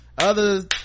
Others